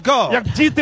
God